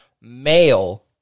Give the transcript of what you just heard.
male